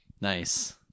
Nice